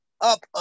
Up